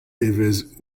evezh